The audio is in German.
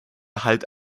halt